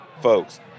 folks